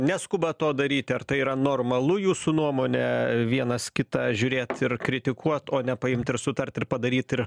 neskuba to daryti ar tai yra normalu jūsų nuomone vienas kitą žiūrėt ir kritikuot o nepaimt ir sutart ir padaryt ir